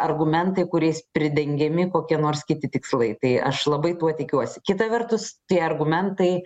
argumentai kuriais pridengiami kokie nors kiti tikslai tai aš labai to tikiuosi kita vertus tie argumentai